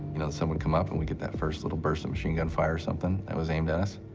you know, the sun would come up, and we'd get that first little burst of machine gun fire or something that was aimed at us,